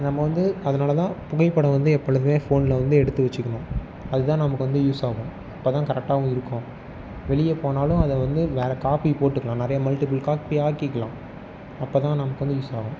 நம்ம வந்து அதனால்தான் புகைப்படம் வந்து எப்பொழுதுமே ஃபோனில் வந்து எடுத்து வச்சுக்கணும் அதுதான் நமக்கு வந்து யூஸ் ஆகும் அப்போதான் கரெக்டாகவும் இருக்கும் வெளியே போனாலும் அதை வந்து வேறு காப்பி போட்டுக்கலாம் நிறைய மல்டிபுள் காப்பி ஆக்கிக்கலாம் அப்போதான் நமக்கு வந்து யூஸ் ஆகும்